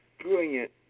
brilliant